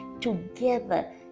together